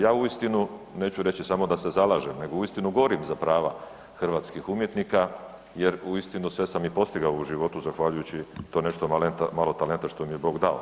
Ja uistinu neću reći samo da se zalažem nego uistinu gorim za prava hrvatskih umjetnika jer uistinu sve sam i postigao u životu zahvaljujući to nešto malo talenta što mi je Bog dao.